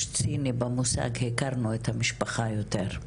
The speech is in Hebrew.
ציני במושג "הכרנו את המשפחה יותר".